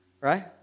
right